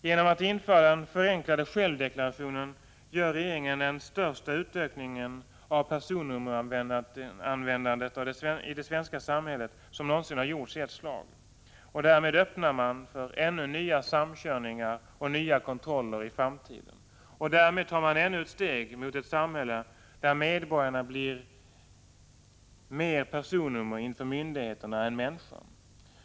Genom att införa den förenklade självdeklarationen gör regeringen den största utökningen av personnummeranvändandet i det svenska samhället som någonsin gjorts i ett slag. Därmed öppnar man för nya samkörningar och nya kontroller i framtiden. Och därmed tar man ännu ett steg mot ett samhälle där medborgarna mer blir personnummer inför myndigheter än människor.